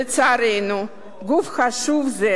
לצערנו, גוף חשוב זה